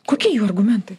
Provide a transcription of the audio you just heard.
kokie jų argumentai